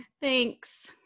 Thanks